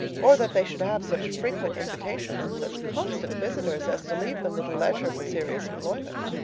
or that they should have such frequent invitations and such constant visitors as to leave them little leisure for serious employment.